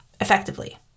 effectively